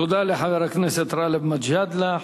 תודה לחבר הכנסת גאלב מג'אדלה.